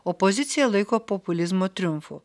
opozicija laiko populizmo triumfu